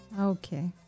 Okay